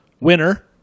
Winner